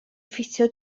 ffitio